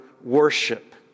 worship